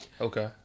Okay